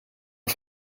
auf